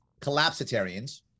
collapsitarians